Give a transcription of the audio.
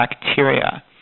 bacteria